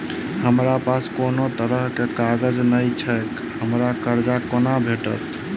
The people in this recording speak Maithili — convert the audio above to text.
हमरा पास कोनो तरहक कागज नहि छैक हमरा कर्जा कोना भेटत?